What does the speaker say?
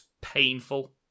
painful